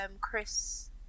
Chris